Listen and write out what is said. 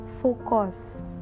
focus